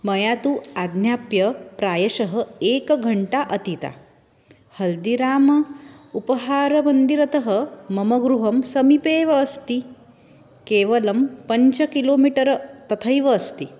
मया तु आज्ञाप्य प्रायशः एकघण्टा अतीता हल्दिराम उपहारमन्दिरतः मम गृहं समीपे एव अस्ति केवलं पञ्चकिलोमीटर् तथैव अस्ति